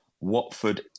Watford